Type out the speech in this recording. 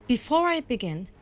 before i begin.